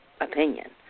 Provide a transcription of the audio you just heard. opinion